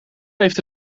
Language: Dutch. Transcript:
heeft